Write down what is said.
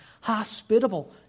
hospitable